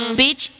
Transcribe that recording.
bitch